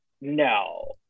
no